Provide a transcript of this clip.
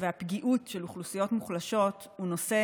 והפגיעות של אוכלוסיות מוחלשות הוא נושא